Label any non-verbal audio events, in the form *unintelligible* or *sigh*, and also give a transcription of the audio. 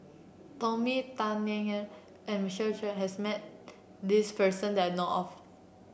Tony Tan *unintelligible* and Michael Chiang has met this person that I know of